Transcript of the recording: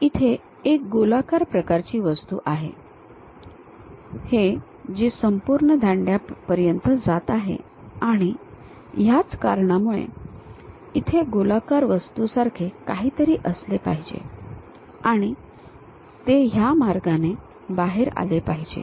आणि इथे एक गोलाकार प्रकारची वस्तू हे जी संपूर्ण दांड्या पर्यंत जात आहे आणि याच कारणामुळे इथे गोलाकार वस्तूसारखे काहीतरी असले पाहिजे आणि ते ह्या मार्गाने बाहेर आले पाहिजे